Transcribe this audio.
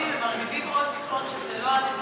אגב, הם מרהיבים עוז לטעון שאלה לא הנתונים,